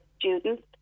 students